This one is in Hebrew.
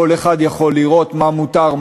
כל אחד יכול לראות מה מותר,